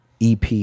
EP